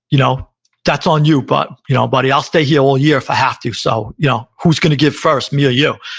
you know that's on you, but you know buddy. i'll stay here all year if i have to, so yeah who's going to give first, me or you?